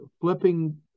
Flipping